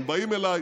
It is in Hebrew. הם באים אליי.